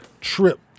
trip